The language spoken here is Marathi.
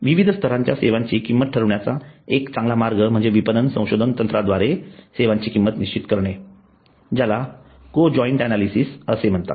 विविध स्तरांच्या सेवांची किंमत ठरवण्याचा एक चांगला मार्ग म्हणजे विपणन संशोधन तंत्रज्ञानाद्वारे सेवांची किंमत निश्चित करणे ज्याला कोजॉईन्ट अन्यालिसिस असे म्हणतात